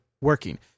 working